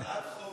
עד חוק